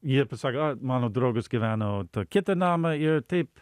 jie pasako a mano draugas gyveno to kitą namą ir taip